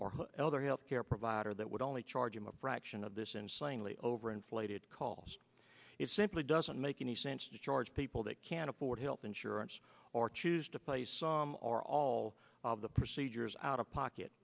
or elder health care provider that would only charge him abraxane of this insanely over inflated calls it simply doesn't make any sense to charge people that can't afford health insurance or choose to play some or all of the procedures out of